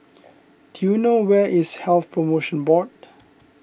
do you know where is Health Promotion Board